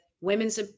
women's